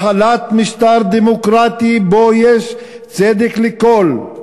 החלת משפט דמוקרטי שיש בו צדק לכול,